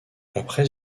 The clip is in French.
après